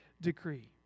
decree